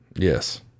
Yes